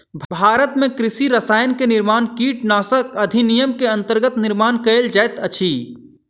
भारत में कृषि रसायन के निर्माण कीटनाशक अधिनियम के अंतर्गत निर्माण कएल जाइत अछि